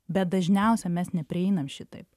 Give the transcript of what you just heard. bet dažniausia mes neprieinam šitaip